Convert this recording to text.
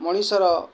ମଣିଷର